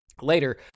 Later